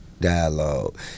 dialogue